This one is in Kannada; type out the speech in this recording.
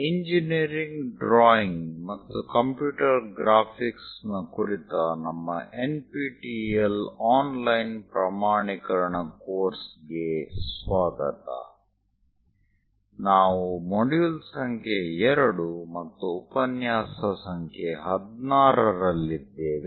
ಇಂಜಿನಿಯರಿಂಗ್ ಡ್ರಾಯಿಂಗ್ ಮತ್ತು ಕಂಪ್ಯೂಟರ್ ಗ್ರಾಫಿಕ್ಸ್ ನ ಕುರಿತ ನಮ್ಮ NPTEL Online ಪ್ರಮಾಣೀಕರಣ ಕೋರ್ಸ್ಗೆ ಸ್ವಾಗತ ನಾವು ಮಾಡ್ಯೂಲ್ ಸಂಖ್ಯೆ 2 ಮತ್ತು ಉಪನ್ಯಾಸ ಸಂಖ್ಯೆ 16 ರಲ್ಲಿದ್ದೇವೆ